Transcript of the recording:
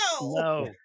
No